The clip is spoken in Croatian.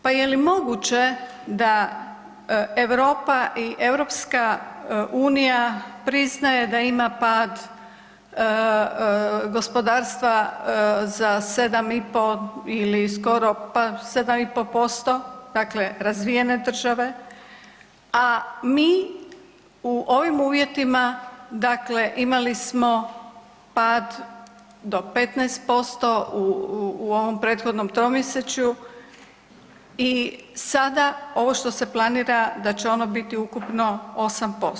Pa je li moguće da Europa i EU priznaje da ima pad gospodarstva za 7,5 ili skoro pa 7,5%, dakle razvijene države, a mi u ovim uvjetima, dakle imali smo pad do 15% u ovom prethodnom tromjesečju i sada ovo što se planira da će ono biti ukupno 8%